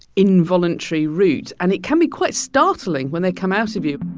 involuntary route. and it can be quite startling when they come out of you